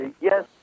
yes